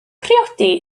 priodi